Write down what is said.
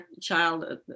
child